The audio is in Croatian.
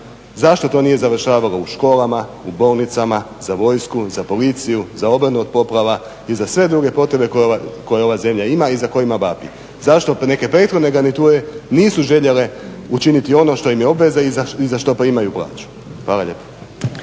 Zašto to nije završavalo u školama, u bolnicama, za vojsku, za policiju, za obranu od poplava i za sve druge potrebe koje ova zemlja ima i za kojima vapi? Zašto opet neke prethodne garniture nisu željele učiniti ono što im je obveza i za što primaju plaću. Hvala lijepa.